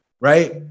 right